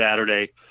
Saturday